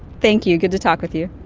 thank you, good to talk with you.